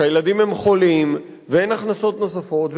שהילדים הם חולים ואין הכנסות נוספות,